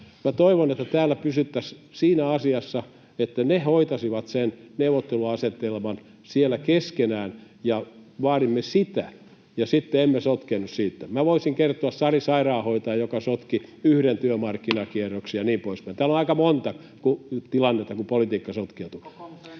toivon, että täällä pysyttäisiin siinä asiassa, että ne hoitaisivat sen neuvotteluasetelman siellä keskenään, ja vaadimme sitä ja sitten emme sotkeennu siihen. Minä voisin kertoa Sari Sairaanhoitajasta, joka sotki yhden työmarkkinakierroksen, ja niin poispäin. Täällä on aika monta tilannetta, kun politiikka sotkeutuu.